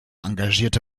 engagierte